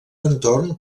entorn